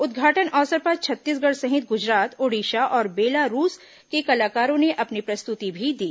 उद्घाटन अवसर पर छत्तीसगढ़ सहित गुजरात ओडिशा और बेलारूस के कलाकारों ने अपनी प्रस्तुति भी दी